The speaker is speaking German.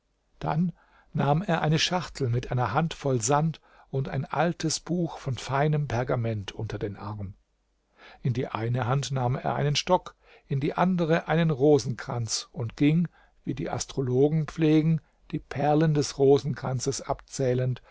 dann nahm er eine schachtel mit einer hand voll sand und ein altes buch von feinem pergament unter den arm in die eine hand nahm er einen stock in die andere einen rosenkranz und ging wie die astrologen pflegen die perlen des rosenkranzes abzählend